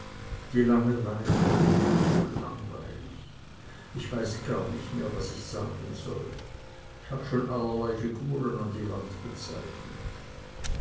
die langeweile o so langweilig ich weiß gar nicht mehr was ich sagen soll ich habe schon allerlei figuren an die wand gezeichnet